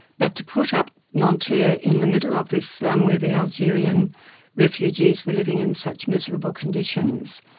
but to put up nanterre in the middle of this slum where the algerian refugees were living in such miserable conditions,